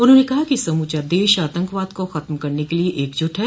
उन्होंने कहा कि समूचा देश आतंकवाद को खत्म करने के लिए एकजुट है